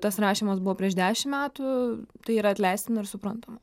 tas rašymas buvo prieš dešimt metų tai yra atleistina ir suprantama